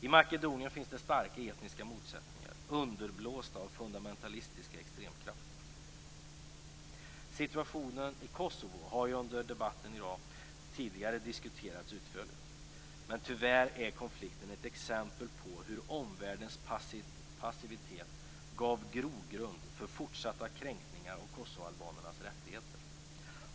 I Makedonien finns det starka etniska motsättningar underblåsta av fundamentalistiska extremkrafter. Situationen i Kosovo har ju diskuterats utförligt tidigare under debatten i dag, men tyvärr är den konflikten ett exempel på hur omvärldens passivitet gav grogrund för fortsatta kränkningar av kosovoalbanernas rättigheter.